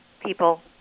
people